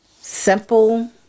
simple